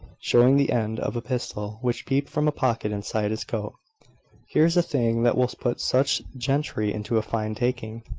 showing the end of a pistol, which peeped from a pocket inside his coat here's a thing that will put such gentry into a fine taking.